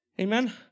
Amen